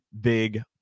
Big